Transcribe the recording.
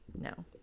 no